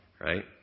right